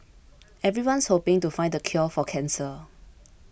everyone's hoping to find the cure for cancer